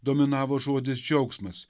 dominavo žodis džiaugsmas